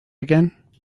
again